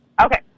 Okay